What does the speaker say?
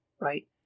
right